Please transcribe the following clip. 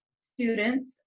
students